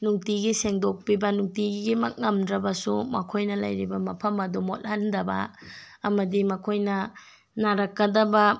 ꯅꯨꯡꯇꯤꯒꯤ ꯁꯦꯡꯗꯣꯛꯄꯤꯕ ꯅꯨꯡꯇꯤꯒꯤꯃꯛ ꯉꯝꯗ꯭ꯔꯕꯁꯨ ꯃꯈꯣꯏꯅ ꯂꯩꯔꯤꯕ ꯃꯐꯝ ꯑꯗꯨ ꯃꯣꯠꯍꯟꯗꯕ ꯑꯃꯗꯤ ꯃꯈꯣꯏꯅ ꯅꯥꯔꯛꯀꯗꯕ